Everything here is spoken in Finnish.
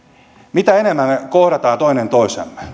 mitä enemmän me kohtaamme toinen toisiamme